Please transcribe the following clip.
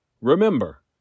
Remember